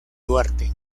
duarte